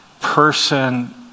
person